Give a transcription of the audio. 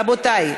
רבותי,